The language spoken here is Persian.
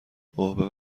اوه